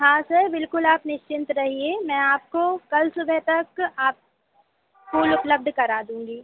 हाँ सर बिल्कुल आप निश्चिंत रहिए मैं आपको कल सुबह तक आप फूल उपलब्ध करा दूँगी